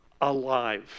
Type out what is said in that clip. alive